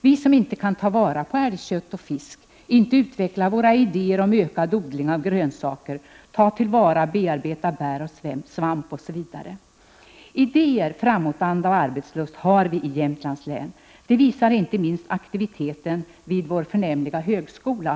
Vi kan ju inte ta vara på älgkött och fisk, eller utveckla våra idéer om ökad odling av grönsaker, eller ta till vara och bearbeta bär och svamp osv. Idéer, framåtanda och arbetslust har vi i Jämtlands län. Det visar inte minst aktiviteten vid vår förnämliga högskola.